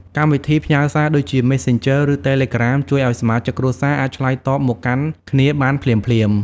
កម្មវិធីផ្ញើសារ ដូចជា Messengerឬ Telegram ជួយឱ្យសមាជិកគ្រួសារអាចឆ្លើយតបមកកាន់គ្នាបានភ្លាមៗ។